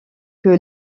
que